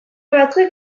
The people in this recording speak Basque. batzuek